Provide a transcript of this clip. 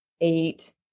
eight